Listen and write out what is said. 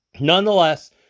Nonetheless